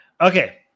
Okay